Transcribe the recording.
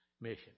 mission